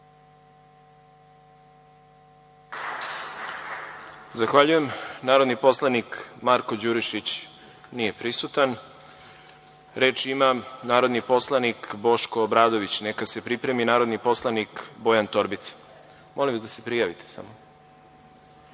Zahvaljujem. Narodni poslanik Marko Đurišić nije prisutan. Reč ima narodni poslanik Boško Obradović, a neka se pripremi narodni poslanik Bojan Torbica. Izvolite.